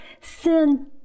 sin